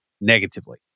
negatively